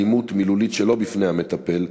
אלימות מילולית שלא בפני המטפל).